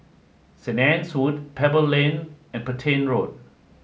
Saint Anne's Wood Pebble Lane and Petain Road